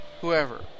Whoever